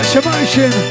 emotion